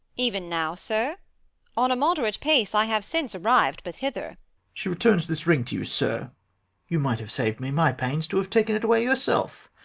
even now, sir on a moderate pace i have since arriv'd but hither she returns this ring to you, sir you might have sav'd me my pains, to have taken it away yourself.